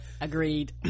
agreed